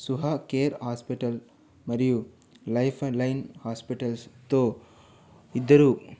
Suha care hospital మరియు life line హాస్పిటల్స్తో ఇద్దరు